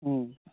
ହୁଁ